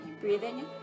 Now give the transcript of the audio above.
breathing